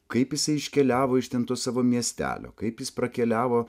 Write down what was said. kaip jisai iškeliavo iš ten to savo miestelio kaip jis prakeliavo